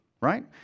right